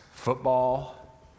Football